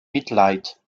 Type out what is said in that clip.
mitleid